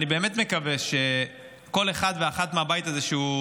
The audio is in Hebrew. אני באמת מקווה שכל אחד ואחת מהבית הזה, כשהוא